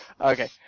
Okay